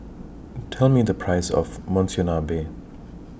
Tell Me The Price of Monsunabe